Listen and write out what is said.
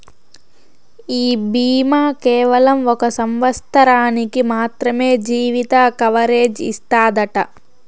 ఈ బీమా కేవలం ఒక సంవత్సరానికి మాత్రమే జీవిత కవరేజ్ ఇస్తాదట